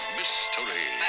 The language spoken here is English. mystery